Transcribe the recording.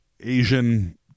Asian